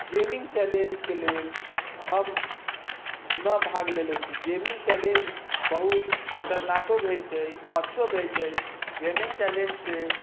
gaming चैलेंजके लेल हम नहि भाग लेने छी गेमिंग चैलेंज बहुत खतरनाको रहै छै अच्छो रहै छै गेमिंग चैलेंजसँ